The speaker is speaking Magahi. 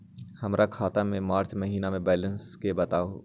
हमर खाता के मार्च महीने के बैलेंस के बताऊ?